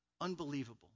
Unbelievable